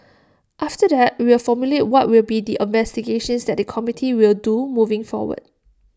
after that we will formulate what will be the investigations that the committee will do moving forward